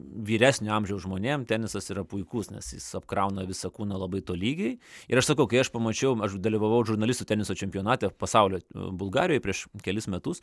vyresnio amžiaus žmonėm tenisas yra puikus nes jis apkrauna visą kūną labai tolygiai ir aš sakau kai aš pamačiau aš dalyvavau žurnalistų teniso čempionate pasaulio bulgarijoj prieš kelis metus